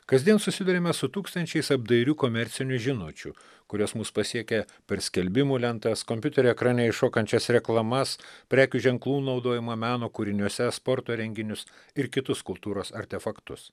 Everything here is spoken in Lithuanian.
kasdien susiduriame su tūkstančiais apdairių komercinių žinučių kurios mus pasiekia per skelbimų lentas kompiuterio ekrane iššokančias reklamas prekių ženklų naudojimą meno kūriniuose sporto renginius ir kitus kultūros artefaktus